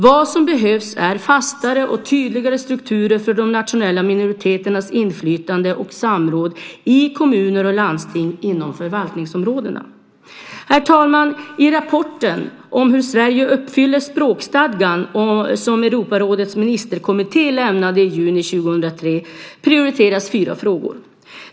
Det som behövs är fastare och tydligare strukturer för de nationella minoriteternas inflytande och samråd i kommuner och landsting inom förvaltningsområdena. Herr talman! I rapporten om hur Sverige uppfyller språkstadgan, som Europarådets ministerkommitté lämnade i juni 2003, prioriteras fyra frågor.